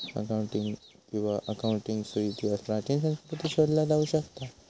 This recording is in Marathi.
अकाऊंटिंग किंवा अकाउंटन्सीचो इतिहास प्राचीन संस्कृतींत शोधला जाऊ शकता